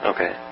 Okay